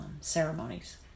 ceremonies